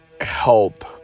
help